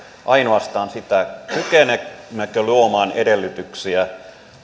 ainoastaan sitä kykenemmekö luomaan edellytyksiä